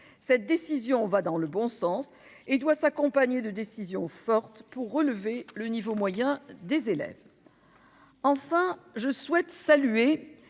Cette décision va dans le bon sens et doit s'accompagner de décisions fortes pour relever le niveau moyen des élèves. Enfin, je salue